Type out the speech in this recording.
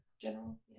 general